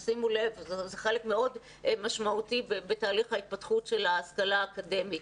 זה חלק מאוד משמעותי בתהליך ההתפתחות של ההשכלה האקדמית.